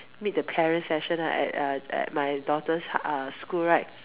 meet the parents session right at uh at my daughter's uh school right